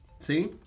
See